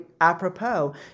apropos